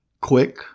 quick